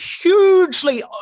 hugely